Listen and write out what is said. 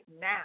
now